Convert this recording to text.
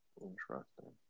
Interesting